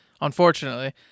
unfortunately